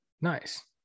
nice